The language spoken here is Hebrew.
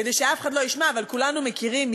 כדי שאף אחד לא ישמע, אבל כולנו מכירים,